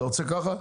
אתה רוצה ככה?